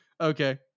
Okay